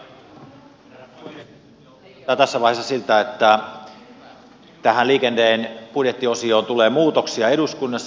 nyt näyttää tässä vaiheessa siltä että tähän liikenteen budjettiosioon tulee muutoksia eduskunnassa